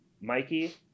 Mikey